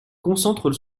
concentre